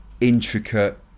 intricate